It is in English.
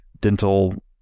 dental